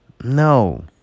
No